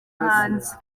hanze